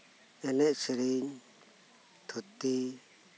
ᱮᱱᱮᱡ ᱥᱮᱹᱨᱮᱹᱧ ᱛᱷᱩᱛᱤ